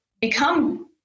become